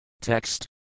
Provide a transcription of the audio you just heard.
Text